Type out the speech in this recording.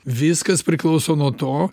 viskas priklauso nuo to